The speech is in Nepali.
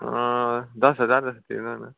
दस हजार जस्तो तिर्नु न